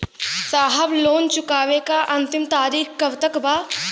साहब लोन चुकावे क अंतिम तारीख कब तक बा?